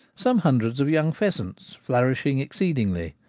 some hundreds of young pheasants, flourishing exceedingly.